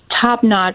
top-notch